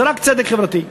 זה רק צדק חברתי.